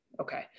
Okay